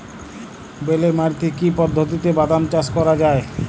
বেলে মাটিতে কি পদ্ধতিতে বাদাম চাষ করা যায়?